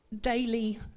daily